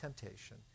temptation